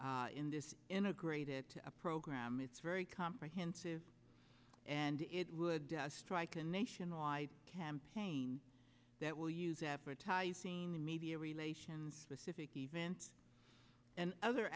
guidelines in this integrated to a program it's very comprehensive and it would strike a nationwide campaign that will use advertise seen in media relations specific events and other